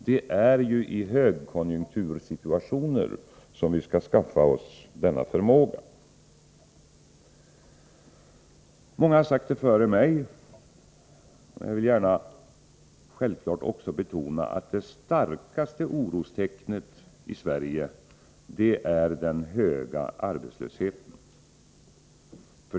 Det är ju i högkonjunktursituationer som vi skall skaffa oss denna förmåga. Många har sagt det före mig, men jag vill självfallet också gärna betona att det starkaste orostecknet i Sverige är den höga arbetslösheten.